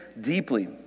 deeply